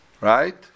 Right